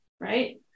Right